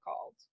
called